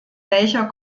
welcher